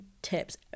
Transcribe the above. tips